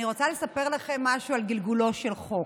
אני רוצה לספר לכם משהו על גלגולו של חוק.